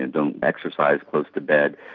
and don't exercise close to bed,